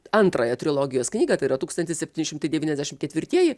antrąją trilogijos knygą tai yra tūkstantis septyni šimtai devyniasdešim ketvirtieji